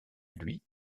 lui